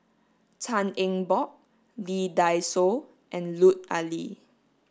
Tan Eng Bock Lee Dai Soh and Lut Ali